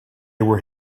were